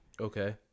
Okay